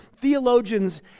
theologians